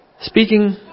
Speaking